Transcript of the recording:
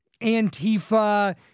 Antifa